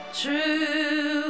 True